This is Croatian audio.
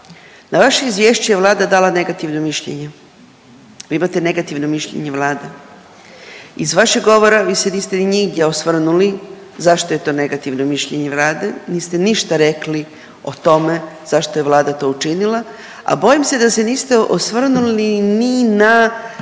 na vaše izvješće je vlada dala negativno mišljenje. Vi imate negativno mišljenje vlade. Iz vašeg govora vi se niste nigdje osvrnuli zašto je to negativno mišljenje vlade, niste ništa rekli o tome zašto je vlada to učinila, a bojim se da se niste osvrnuli ni na nešto što se